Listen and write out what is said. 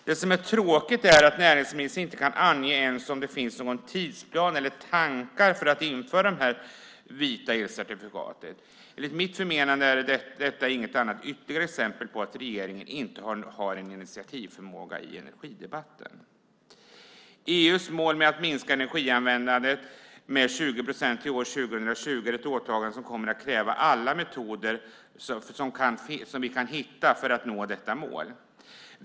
Men det är tråkigt att näringsministern inte ens kan ange om det finns någon tidsplan för eller några tankar på att införa de vita elcertifikaten. Enligt mitt förmenande är detta inget annat än ytterligare ett exempel på att regeringen inte har någon initiativförmåga i energidebatten. EU:s mål att minska energianvändandet med 20 procent till år 2020 är ett åtagande som kommer att kräva alla metoder som vi kan hitta.